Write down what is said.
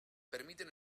permiten